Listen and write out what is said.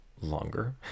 longer